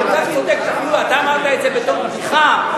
אמרת את זה בתור בדיחה,